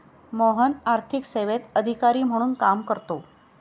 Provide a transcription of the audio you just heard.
मोहन आर्थिक सेवेत अधिकारी म्हणून काम करतो